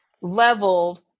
leveled